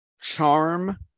charm